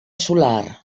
solar